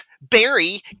Barry